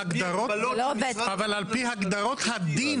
אבל על פי הגדרות הדין.